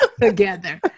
together